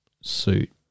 suit